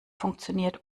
funktioniert